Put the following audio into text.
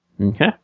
Okay